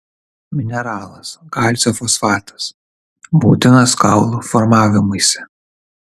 mineralas kalcio fosfatas būtinas kaulų formavimuisi